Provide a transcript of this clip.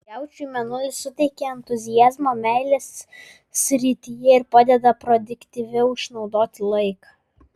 jaučiui mėnulis suteikia entuziazmo meilės srityje ir padeda produktyviau išnaudoti laiką